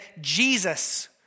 Jesus